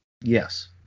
Yes